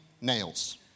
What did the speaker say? nails